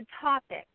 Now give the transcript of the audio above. topic